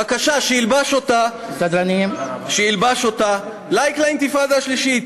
בבקשה, שילבש אותה, "לייק" לאינתיפאדה השלישית.